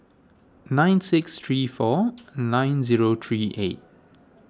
nine six three four nine zero three eight